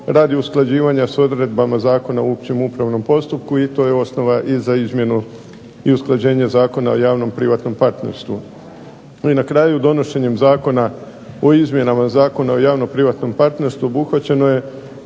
radi usklađivanja s odredbama Zakona o općem upravnom postupku i to je osnova i za izmjenu i usklađenje Zakona o javno-privatnom partnerstvu. I na kraju, donošenjem Zakona o izmjenama Zakona o javno-privatno partnerstvu obuhvaćeno je